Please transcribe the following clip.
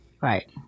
Right